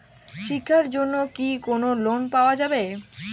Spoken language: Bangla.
শিক্ষার জন্যে কি কোনো লোন পাওয়া যাবে?